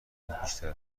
زیادتر